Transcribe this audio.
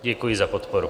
Děkuji za podporu.